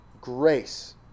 grace